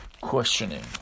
questioning